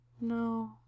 No